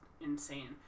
Insane